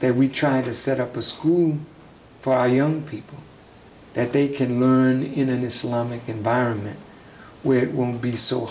there we try to set up a school for our young people that they can learn in an islamic environment where it won't be so